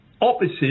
opposite